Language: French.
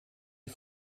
est